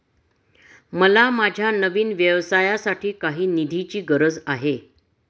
मला माझ्या नवीन व्यवसायासाठी काही निधीची गरज आहे